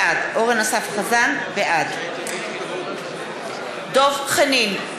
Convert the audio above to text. בעד דב חנין,